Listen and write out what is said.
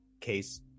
case